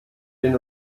den